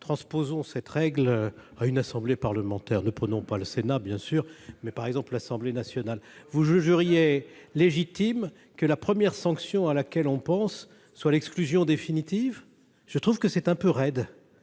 transposons cette règle à une assemblée parlementaire, ne prenons pas le Sénat, bien sûr, mais par exemple, l'Assemblée nationale, vous jugeriez légitime que la première sanction à laquelle on pense soit l'exclusion définitive, je trouve que c'est un peu raide,